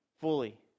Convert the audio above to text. fully